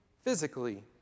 physically